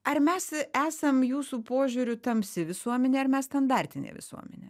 ar mes esam jūsų požiūriu tamsi visuomenė ar mes standartinė visuomenė